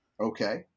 Okay